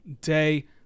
day